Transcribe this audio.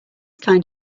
kind